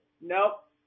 Nope